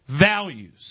values